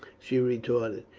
she retorted.